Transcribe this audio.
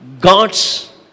God's